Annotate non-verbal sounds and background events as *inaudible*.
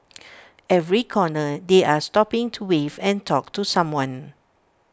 *noise* every corner they are stopping to wave and talk to someone